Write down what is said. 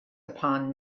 upon